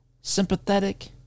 sympathetic